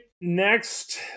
next